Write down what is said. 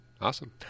awesome